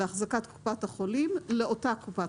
שבעה חודשים מהיום: